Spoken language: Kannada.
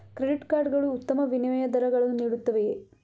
ಕ್ರೆಡಿಟ್ ಕಾರ್ಡ್ ಗಳು ಉತ್ತಮ ವಿನಿಮಯ ದರಗಳನ್ನು ನೀಡುತ್ತವೆಯೇ?